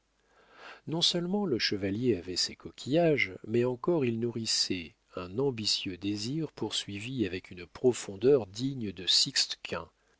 veneris non-seulement le chevalier avait ses coquillages mais encore il nourrissait un ambitieux désir poursuivi avec une profondeur digne de